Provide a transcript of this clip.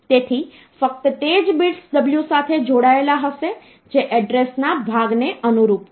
તેથી ફક્ત તે જ બિટ્સ W સાથે જોડાયેલા હશે જે એડ્રેસના ભાગને અનુરૂપ છે